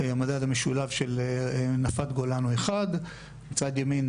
שהמדד המשולב של נפת גולן הוא 1; מצד ימין,